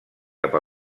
cap